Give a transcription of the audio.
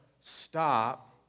stop